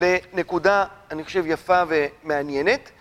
בנקודה אני חושב יפה ומעניינת